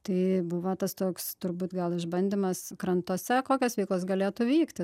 tai buvo tas toks turbūt gal išbandymas krantuose kokios veikos galėtų vykti